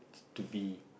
to be